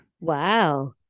wow